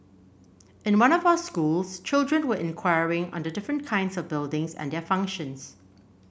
in one of our schools children were inquiring on the different kinds of buildings and their functions